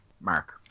mark